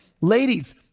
ladies